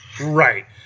Right